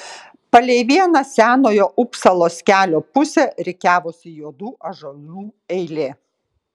palei vieną senojo upsalos kelio pusę rikiavosi juodų ąžuolų eilė